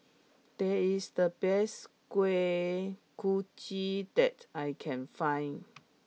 this is the best Kuih Kochi that I can find